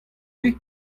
cʼhwi